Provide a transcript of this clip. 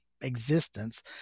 existence